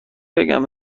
بگم